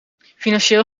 financieel